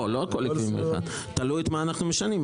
לא הכול 21, תלוי את מה אנחנו משנים.